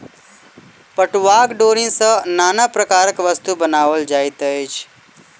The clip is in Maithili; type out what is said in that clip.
पटुआक डोरी सॅ नाना प्रकारक वस्तु बनाओल जाइत अछि